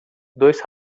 dois